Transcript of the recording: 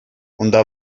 унта